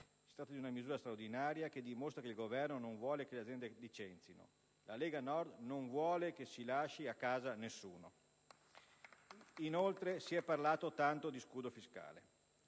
Si tratta di una misura straordinaria, che dimostra che il Governo non vuole che le aziende licenzino. La Lega Nord non vuole che si lasci a casa nessuno. *(Applausi dal Gruppo LNP)*. Inoltre, si è parlato tanto di scudo fiscale.